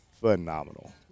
phenomenal